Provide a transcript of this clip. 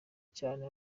cyane